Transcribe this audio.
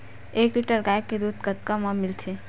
एक लीटर गाय के दुध कतका म मिलथे?